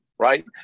Right